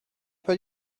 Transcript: pas